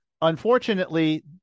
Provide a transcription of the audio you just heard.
Unfortunately